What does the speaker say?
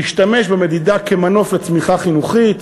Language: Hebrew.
להשתמש במדידה כמנוף לצמיחה חינוכית,